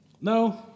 No